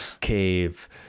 cave